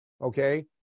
okay